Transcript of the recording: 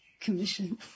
Commission